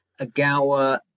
Agawa